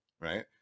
right